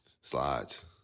Slides